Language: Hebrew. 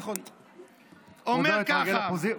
נכון, הקואליציה.